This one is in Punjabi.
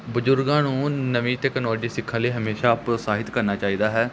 ਬਜ਼ੁਰਗਾਂ ਨੂੰ ਨਵੀਂ ਤਕਨੋਲੋਜੀ ਸਿੱਖਣ ਲਈ ਹਮੇਸ਼ਾ ਪ੍ਰੋਤਸਾਹਿਤ ਕਰਨਾ ਚਾਹੀਦਾ ਹੈ